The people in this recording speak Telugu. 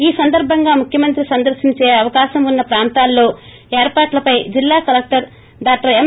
ఈ సందర్భంగా ముఖ్యమంత్రి సందర్పించే అవకాశం వున్న ప్రాంతాల్లో ఏర్పాట్లపై జిల్లా కలెక్షర్ డాక్షర్ ఎం